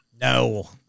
No